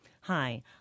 Hi